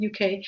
UK